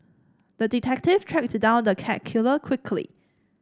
the detective tracked down the cat killer quickly